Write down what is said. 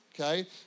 Okay